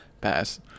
Pass